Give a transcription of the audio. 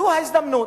זאת ההזדמנות,